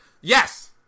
Yes